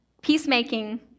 Peacemaking